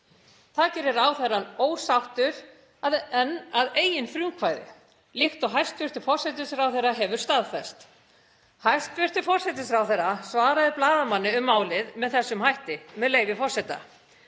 Það gerir ráðherrann ósáttur en að eigin frumkvæði, líkt og hæstv. forsætisráðherra hefur staðfest. Hæstv. forsætisráðherra svaraði blaðamanni um málið með þessum hætti, með leyfi forseta: